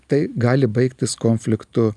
tai gali baigtis konfliktu